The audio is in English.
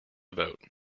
vote